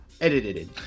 Edited